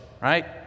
right